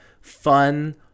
fun